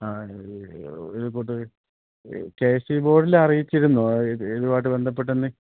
ആണല്ലേ report K S E ബോർഡിലറിയിച്ചിരുന്നോ ഇതുമായിട്ടു ബന്ധപ്പെട്ടുതന്നെ